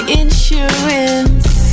insurance